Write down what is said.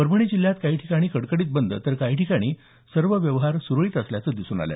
परभणी जिल्ह्यात काही ठिकाणी कडकडीत बंद तर काही ठिकाणी सर्व व्यवहार सुरळीत असल्याचे दिसून आलं